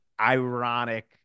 ironic